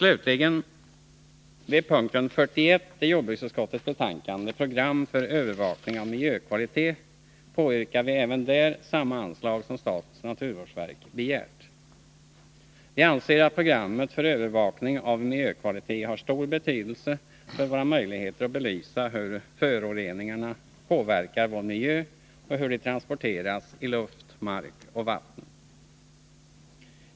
Även, vid punkt 41 i jordbruksutskottets betänkande, Program för övervakning av miljökvalitet, påyrkar vi slutligen samma anslag som statens naturvårdsverk begärt. Vi anser att programmet för övervakning av miljökvalitet har stor betydelse för våra möjligheter att belysa hur föroreningarna påverkar vår miljö och hur de transporteras i luft, mark och vatten.